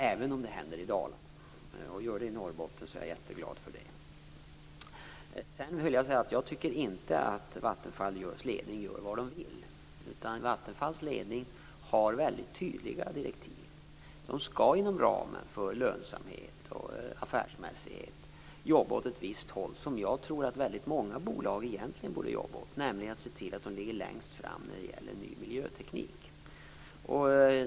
Även om det gäller Dalarna eller Norrbotten är jag jätteglad. Jag tycker inte att Vattenfalls ledning gör vad den vill. Vattenfalls ledning har väldigt tydliga direktiv. Man skall inom ramen för lönsamhet och affärsmässighet jobba åt ett visst håll - jag tror att många bolag borde jobba åt det hållet. Man skall nämligen se till att man ligger längst fram när det gäller ny miljöteknik.